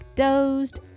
dozed